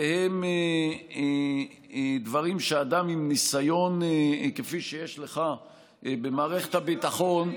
והם דברים שאדם עם ניסיון כפי שיש לך במערכת הביטחון,